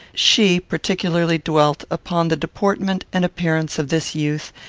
she particularly dwelt upon the deportment and appearance of this youth,